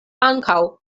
ankaŭ